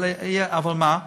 אבל מה?